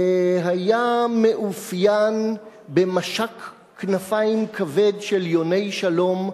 שהיה מאופיין במשק כנפיים כבד של יוני שלום,